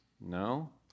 No